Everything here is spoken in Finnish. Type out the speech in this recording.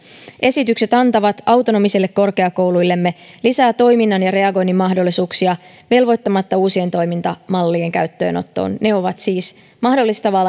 esitykset antavat autonomisille korkeakouluillemme lisää toiminnan ja reagoinnin mahdollisuuksia velvoittamatta uusien toimintamallien käyttöönottoon ne ovat siis mahdollistavaa